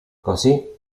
così